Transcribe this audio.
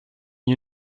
you